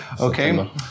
Okay